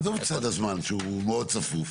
עזוב את סד הזמן שהוא מאוד צפוף.